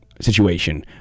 situation